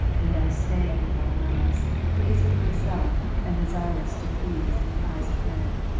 and i stank in thine eyes pleasing myself, and desirous to please in the eyes of men.